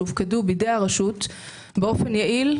שהופקדו בידי הרשות באופן יעיל,